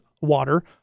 water